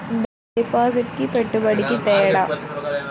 డిపాజిట్కి పెట్టుబడికి తేడా?